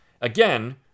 again